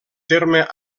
terme